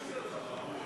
ישראל